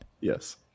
Yes